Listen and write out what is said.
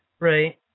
Right